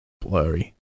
Blurry